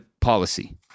policy